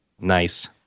Nice